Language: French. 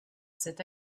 cette